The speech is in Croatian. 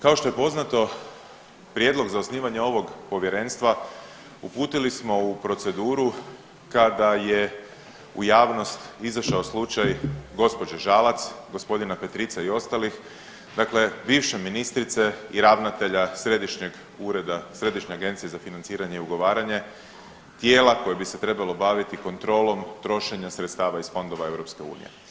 Kao što je poznato prijedlog za osnivanje ovog povjerenstva uputili smo u proceduru kada je u javnost izašao slučaj gospođe Žalac, gospodina Petrica i ostalih, dakle bivše ministrice i ravnatelja središnjeg ureda, Središnje agencije za financiranje i ugovaranje tijela koje bi se trebalo baviti kontrolom trošenja sredstava iz fondova EU.